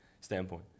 standpoint